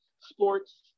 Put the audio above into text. Sports